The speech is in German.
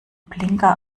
blinker